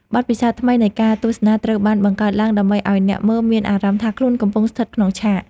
បទពិសោធន៍ថ្មីនៃការទស្សនាត្រូវបានបង្កើតឡើង ដើម្បីឱ្យអ្នកមើលមានអារម្មណ៍ថាខ្លួនកំពុងស្ថិតក្នុងឆាក។